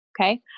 okay